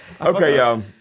Okay